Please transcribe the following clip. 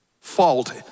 fault